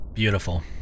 Beautiful